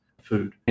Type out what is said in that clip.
food